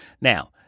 Now